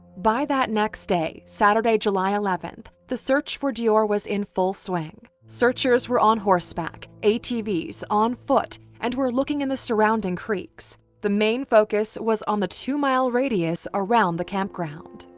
by that next day, saturday, july eleventh, the search for deorr was in full swing. searchers were on horseback, atvs, on foot, and were looking in the surrounding creeks. the main focus was the two mile radius around the campground.